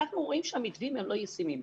אנחנו אומרים שהמתווים הם לא ישימים.